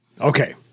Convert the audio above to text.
Okay